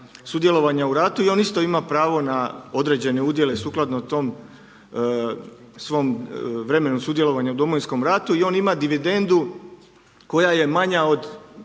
sudjelovanja u ratu i on isto ima pravo na određene udjele sukladno tom svom vremenu sudjelovanja u Domovinskom ratu i on ima dividendu koja je manja od,